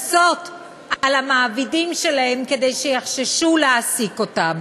נטיל קנסות על המעבידים שלהם כדי שיחששו להעסיק אותם.